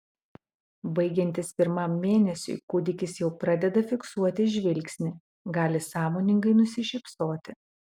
baigiantis pirmam mėnesiui kūdikis jau pradeda fiksuoti žvilgsnį gali sąmoningai nusišypsoti